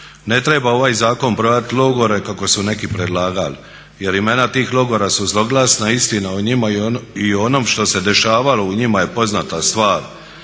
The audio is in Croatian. ne treba ovaj zakon prodati logore kako su neki predlagali jer imena tih logora su zloglasna, istina o njima i o onom što se dešavalo u njima je poznata stvar.